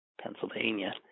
pennsylvania